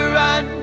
run